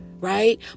Right